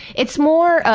it's more,